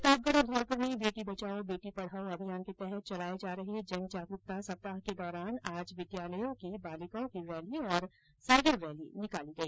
प्रतापगढ और धौलपुर में बेटी बचाओ बेटी पढाओं अभियान के तहत चलाये जा रहे जन जागरूकता सप्ताह के दौरान आज विद्यालयों की बालिकाओं की रैली और साईकिल रैली निकाली गई